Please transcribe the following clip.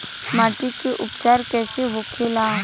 माटी के उपचार कैसे होखे ला?